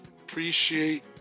Appreciate